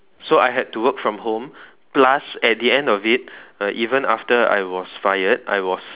so I had to work from home plus at the end of it uh even after I was fired I was